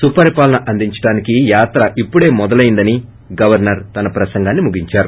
సుపరిపాలన అందించడానికి యాత్ర ఇప్పుడే మొదలయిందని గవర్పర్ తన ప్రసంగాన్ని ముగించారు